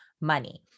money